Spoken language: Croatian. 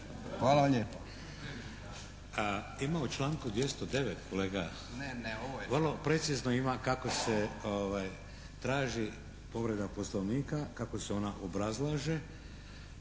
Hvala vam lijepo.